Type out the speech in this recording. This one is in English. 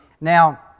Now